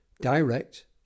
direct